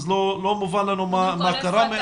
לא מובן לנו מה קרה מאז.